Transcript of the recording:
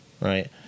right